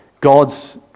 God's